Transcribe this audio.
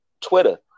Twitter